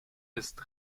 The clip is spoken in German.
ist